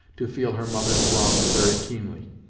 to feel her mother's wrongs very keenly.